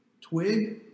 twig